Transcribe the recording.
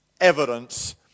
evidence